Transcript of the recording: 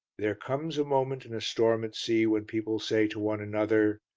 there comes a moment in a storm at sea when people say to one another,